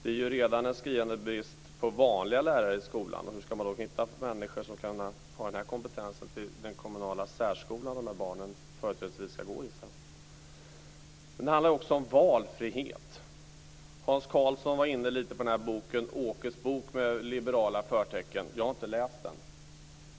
Det är redan en skriande brist på vanliga lärare i skolan, hur ska man då hitta människor som har den här kompetensen till den kommunala särskolan, där de här barnen företrädesvis ska gå sedan? Det tredje är valfrihet, som det också handlar om. Hans Karlsson var inne lite på Åkes bok, med liberala förtecken. Jag har inte läst den.